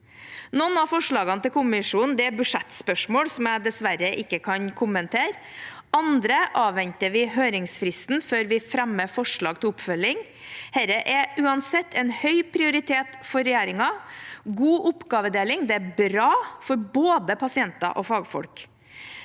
Noen av forslagene til kommisjonen er budsjettspørsmål, som jeg dessverre ikke kan kommentere. Andre forslag avventer vi høringsfristen på før vi fremmer forslag til oppfølging. Dette er uansett en høy prioritet for regjeringen. God oppgavedeling er bra for både pasienter og fagfolk.